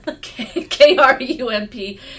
K-R-U-M-P